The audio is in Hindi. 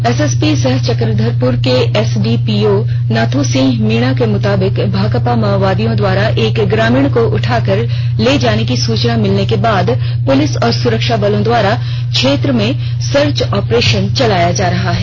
एएसपी सह चक्रधरपुर के एसडीपीओ नाथू सिंह मीणा के मुताबिक भाकपा माओवादियों द्वारा एक ग्रामीण को उठाकर ले जाने की सूचना मिलने के बाद पुलिस और सुरक्षा बलों द्वारा क्षेत्र में सर्च ऑपरेशन चलाया जा रहा है